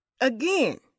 Again